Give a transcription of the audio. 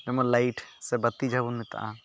ᱡᱮᱢᱚᱱ ᱞᱟᱭᱤᱴ ᱥᱮ ᱵᱟᱛᱤ ᱡᱟᱦᱟᱸᱵᱚᱱ ᱢᱮᱛᱟᱜᱼᱟ